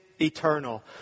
eternal